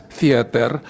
theater